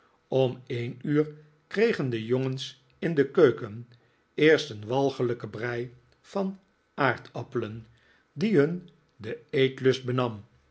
om een uur kregen de jongens in de keuken eerst een walgelijke brij van aardappelen die hun den eetlust benam